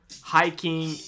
hiking